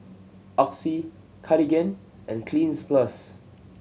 Oxy Cartigain and Cleanz Plus